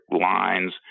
lines